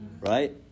right